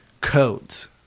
codes